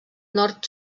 nord